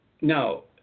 No